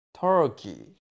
Turkey